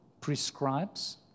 prescribes